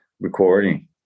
recording